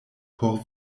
por